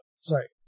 sorry